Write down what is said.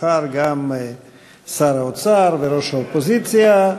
ומחר גם שר האוצר וראש האופוזיציה.